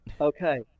Okay